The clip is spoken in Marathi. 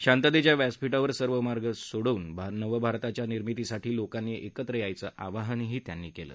शांततेच्या व्यासपीठावर सर्व मार्ग सोडवून नवंभारताच्या निर्मितीसाठी लोकांनी एकत्र यायचं आवाहन त्यांनी केलं